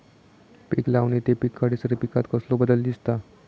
पीक लावणी ते पीक काढीसर पिकांत कसलो बदल दिसता?